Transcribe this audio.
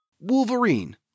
Wolverine